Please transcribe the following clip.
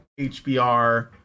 HBR